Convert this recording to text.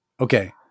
Okay